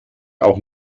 auch